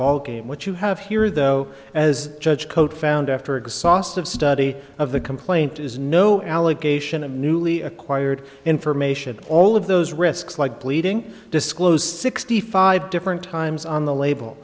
ballgame what you have here though as judge code found after exhaustive study of the complaint is no allegation of newly acquired information all of those risks like bleeding disclose sixty five different times on the label